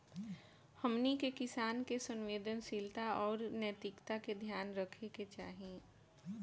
हमनी के किसान के संवेदनशीलता आउर नैतिकता के ध्यान रखे के चाही